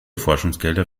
forschungsgelder